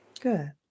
Good